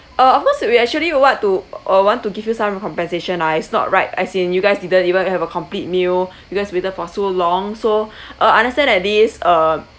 uh of course we actually what to uh want to give you some compensation lah it's not right as in you guys didn't even have a complete meal because waited for so long so uh understand that this uh